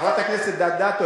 חברת הכנסת אדטו,